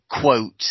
quote